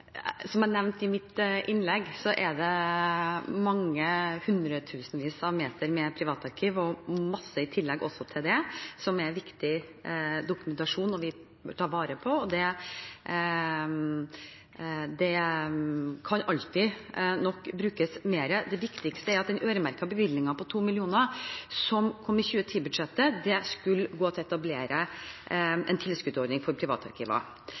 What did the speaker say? Som jeg nevnte i mitt innlegg, er det mange hundretusenvis av meter med privatarkiv, og masse i tillegg til det også, som er viktig dokumentasjon å ta vare på, og det kan nok alltid brukes mer. Det viktigste er at den øremerkede bevilgningen på 2 mill. kr som kom i 2010-budsjettet, skulle gå til å etablere en tilskuddsordning for